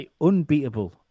unbeatable